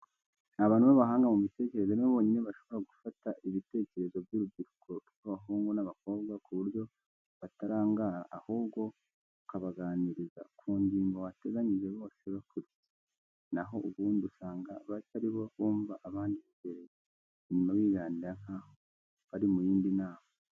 Abantu b'abahanga mu mitekerereze ni bo bonyine bashobora gufata ibitekerezo by'urubyiruko rw'abahungu n'abakobwa ku buryo batarangara, ahubwo ukabaganiriza ku ngingo wateganyije bose bakurikiye, na ho ubundi usanga bake ari bo bumva abandi bibereye inyuma biganirira nkaho bari mu yindi nama.